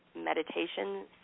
meditation